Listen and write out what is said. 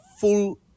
full